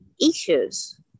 issues